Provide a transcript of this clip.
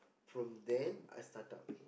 from then I startup